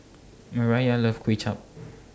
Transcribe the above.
Mariah loves Kuay Chap